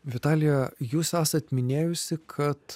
vitalija jūs esat minėjusi kad